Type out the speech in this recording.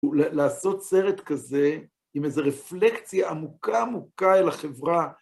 לעשות סרט כזה עם איזו רפלקציה עמוקה עמוקה אל החברה.